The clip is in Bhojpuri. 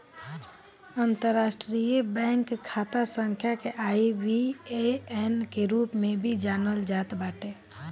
अंतरराष्ट्रीय बैंक खाता संख्या के आई.बी.ए.एन के रूप में भी जानल जात बाटे